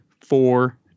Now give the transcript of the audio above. four